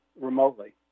remotely